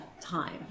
time